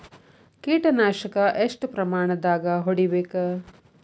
ಕೇಟ ನಾಶಕ ಎಷ್ಟ ಪ್ರಮಾಣದಾಗ್ ಹೊಡಿಬೇಕ?